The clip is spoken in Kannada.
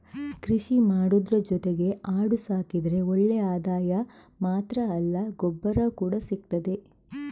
ಕೃಷಿ ಮಾಡುದ್ರ ಜೊತೆಗೆ ಆಡು ಸಾಕಿದ್ರೆ ಒಳ್ಳೆ ಆದಾಯ ಮಾತ್ರ ಅಲ್ಲ ಗೊಬ್ಬರ ಕೂಡಾ ಸಿಗ್ತದೆ